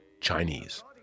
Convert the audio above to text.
Chinese